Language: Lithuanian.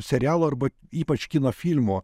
serialų arba ypač kino filmo